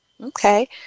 Okay